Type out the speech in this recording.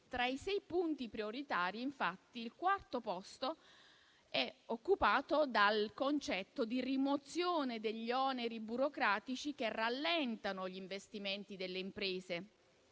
Tra i sei punti prioritari, infatti, il quarto posto è occupato dal concetto di rimozione degli oneri burocratici che rallentano gli investimenti delle imprese.